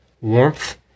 warmth